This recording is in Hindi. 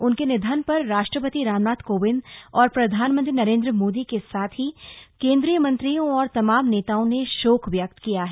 उनके निधन पर राष्ट्रपति रामनाथ कोविंद और प्रधानमंत्री नरेंद्र मोदी के साथ ही केंद्रीय मंत्रियों और तमाम नेताओं ने शोक व्यक्त किया है